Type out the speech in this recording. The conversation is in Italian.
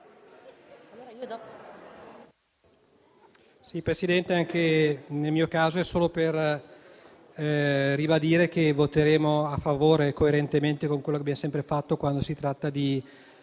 Presidente, anch'io intervengo solo per ribadire che voteremo a favore, coerentemente con quello che abbiamo sempre fatto quando si è trattato di votare